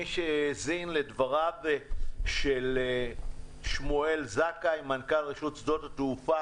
מי שהאזין לדבריו של שמואל זכאי מנכ"ל רשות שדות התעופה,